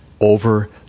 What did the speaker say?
over